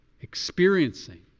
experiencing